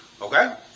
okay